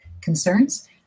concerns